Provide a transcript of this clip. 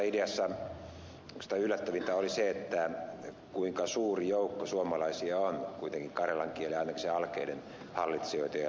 se oikeastaan ideassa oli minusta yllättävintä kuinka suuri joukko suomalaisia on kuitenkin karjalan kielen ja ainakin sen alkeiden hallitsijoita